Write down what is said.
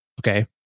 Okay